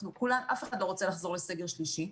אף אחד לא רוצה לחזור לסגר שלישי.